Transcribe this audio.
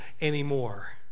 anymore